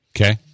Okay